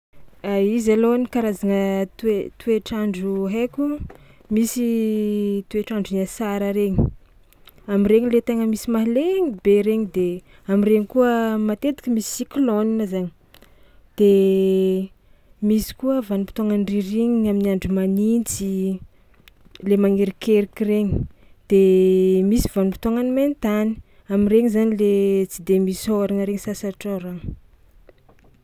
A izy alôha ny karazagna toe- toetrandro haiko: misy toetrandron'ny asara regny, am'regny le tegna misy mahaleny be regny de am'regny koa matetiky misy cyclone zany de misy koa vanimpotoagnan'ny ririnina amin'ny andro manintsy le magnerikerika regny de misy vanimpotoagnan'ny maintany am'regny zany le tsy de misy ôragna regny sasatr'ôragna.